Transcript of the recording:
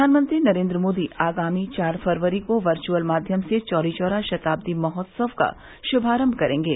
प्रधानमंत्री नरेन्द्र मोदी आगामी चार फरवरी को वर्च्यअल माध्यम से चौरीचौरा शताब्दी महोत्सव का शुभारम्भ करेंगे